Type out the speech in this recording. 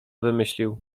wymyślił